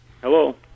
Hello